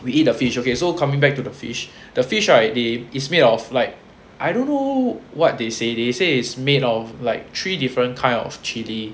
we eat the fish okay so coming back to the fish the fish right it is made of like I don't know what they say they say is made of like three different kind of chilli